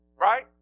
Right